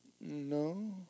No